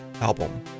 album